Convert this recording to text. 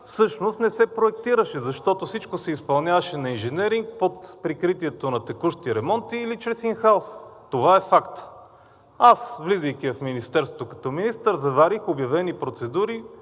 всъщност не се проектираше, защото всичко се изпълняваше на инженеринг, под прикритието на текущи ремонти или чрез ин хаус. Това е фактът. Аз, влизайки в Министерството като министър, заварих обявени процедури